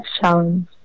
challenge